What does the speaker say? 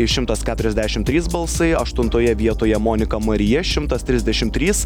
šimtas keturiasdešimt trys balsai aštuntoje vietoje monika marija šimtas trisdešimt trys